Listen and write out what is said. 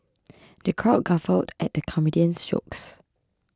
the crowd guffawed at the comedian's jokes